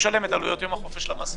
תיגע בהסתייגות.